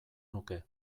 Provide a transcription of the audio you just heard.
nuke